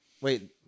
Wait